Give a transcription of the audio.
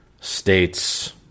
states